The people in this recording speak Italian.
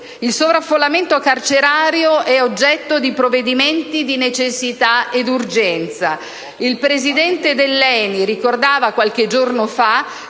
il sovraffollamento carcerario è oggetto di provvedimenti di necessità e di urgenza; il presidente dell'ENI ricordava, qualche giorno fa,